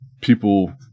people